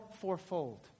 fourfold